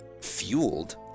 fueled